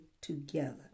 together